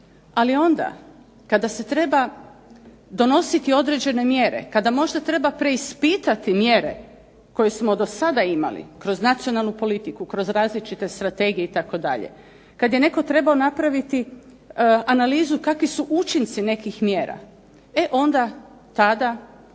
Ali onda kada se treba donositi određene mjere, kada možda treba preispitati mjere koje smo do sada imali kroz nacionalnu politiku, kroz različite strategije itd., kada je netko trebao napraviti analizu kakvi su učinci nekih mjera, e onda tada